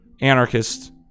anarchist